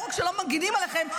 לא רק שלא מגינים עליכם,